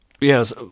yes